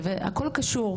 והכל קשור.